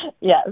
Yes